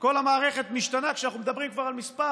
כל המערכת משתנה כשאנחנו מדברים כבר על מספר